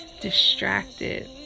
distracted